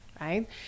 right